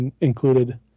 included